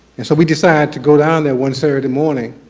and so we decided to go down there one saturday morning